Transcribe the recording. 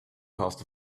caused